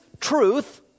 truth